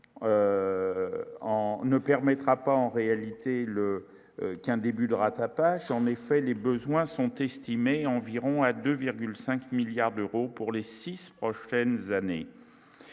ne permettra pas en réalité le qu'un début de rattrapage en effet les besoins sont estimés à environ à 2,5 milliards d'euros pour les 6 prochaines années,